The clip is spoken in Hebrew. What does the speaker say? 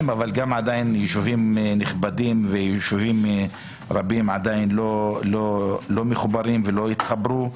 אבל עדין יש ישובים נכבדים ורבים שעדין לא מחוברים ולא התחברו.